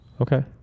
Okay